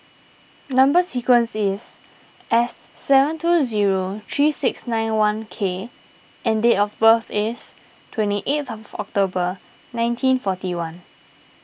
Number Sequence is S seven two zero three six nine one K and date of birth is twenty eighth of October nineteen forty one